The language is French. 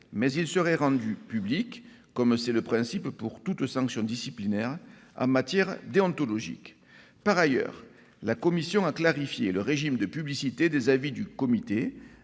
mais ils seraient rendus publics, comme il est de principe pour toute sanction disciplinaire en matière déontologique. Par ailleurs, la commission a clarifié le régime de publicité des avis du comité